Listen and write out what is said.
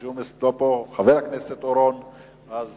מכיוון שחבר הכנסת אורון לא פה,